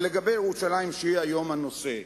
לגבי ירושלים, שהיא היום הנושא,